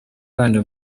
habanje